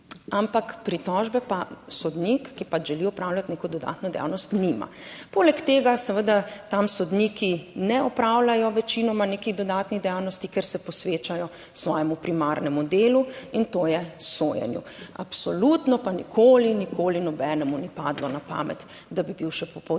ampak pritožbe pa sodnik, ki pač želi opravljati neko dodatno dejavnost, nima. Poleg tega seveda tam sodniki ne opravljajo večinoma nekih dodatnih dejavnosti, ker se posvečajo svojemu primarnemu delu in to je sojenju. Absolutno pa nikoli, nikoli nobenemu ni padlo na pamet, da bi bil še